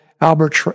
Albert